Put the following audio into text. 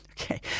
Okay